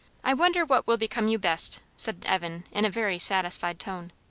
i wonder what will become you best? said evan in a very satisfied tone.